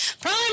Prime